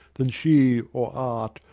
than she, or art,